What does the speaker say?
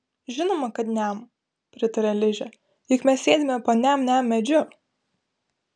žinoma kad niam pritaria ližė juk mes sėdime po niam niam medžiu